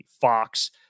Fox